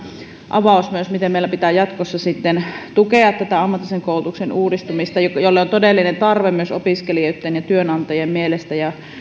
avaus miten meillä pitää jatkossa tukea ammatillisen koulutuksen uudistamista jolle on todellinen tarve myös opiskelijoitten ja työnantajien mielestä hyvä